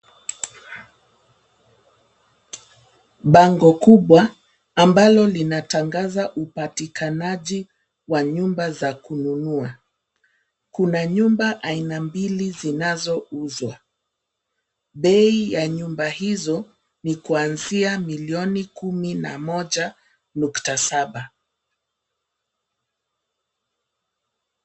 Bango kubwa ambalo linatangaza upatikanaji wa nyumba za kununua. Kuna nyumba aina mbili zinazouzwa. Bei ya nyumba hizo ni kuanzia milioni kumi na moja nukta saba.